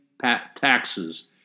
taxes